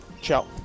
ciao